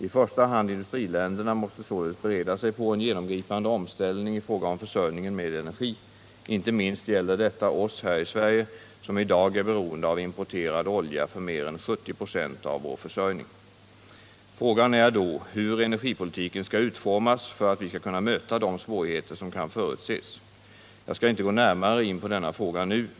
I första hand industriländerna måste således bereda sig på en genomgripande omställning i fråga om försörjningen med energi. Inte minst gäller detta oss här i Sverige som i dag är beroende av importerad olja för mer än 70 96 av vår försörjning. Frågan är då hur energipolitiken skall utformas för att vi skall kunna möta de svårigheter som kan förutses. Jag skall inte gå närmare in på denna fråga nu.